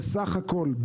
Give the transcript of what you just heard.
בסך הכול,